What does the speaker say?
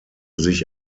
sich